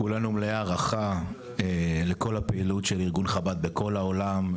כולנו מלאי הערכה לכל הפעילות של ארגון חב"ד בכל העולם.